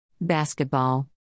Basketball